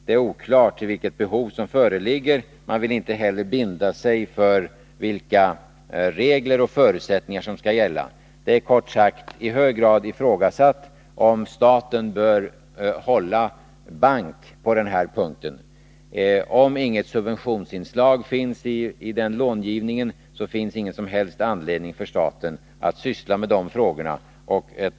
Det är oklart vilket behov som föreligger. Man vill inte heller binda sig för vilka regler och förutsättningar som skall gälla. Det är, kort sagt, ifrågasatt om staten bör hålla bank på den här punkten. Om inget subventionsinslag finns i denna långivning, finns det ingen som helst anledning för staten att syssla med de frågorna.